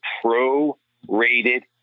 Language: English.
pro-rated